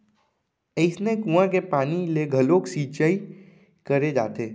अइसने कुँआ के पानी ले घलोक सिंचई करे जाथे